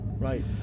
Right